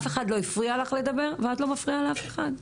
אף אחד לא הפריע לך לדבר ואת לא מפריעה לאף אחד.